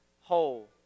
whole